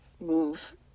move